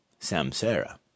samsara